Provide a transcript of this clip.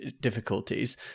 difficulties